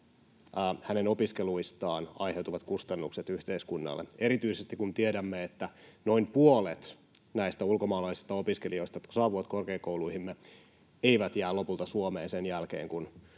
opiskeluistaan aiheutuvat kustannukset yhteiskunnalle — erityisesti kun tiedämme, että noin puolet näistä ulkomaalaisista opiskelijoista, jotka saapuvat korkeakouluihimme, eivät jää lopulta Suomeen sen jälkeen,